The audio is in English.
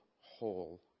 whole